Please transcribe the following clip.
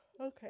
okay